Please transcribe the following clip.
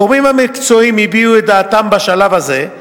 הגורמים המקצועיים הביעו את דעתם בשלב הזה,